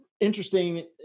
interesting